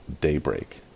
daybreak